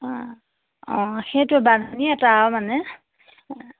অ অ সেইটো বান্ধনী এটা মানে